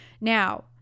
Now